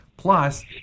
Plus